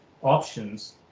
options